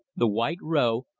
the white row,